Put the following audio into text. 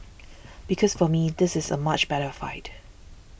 because for me this is a much better fight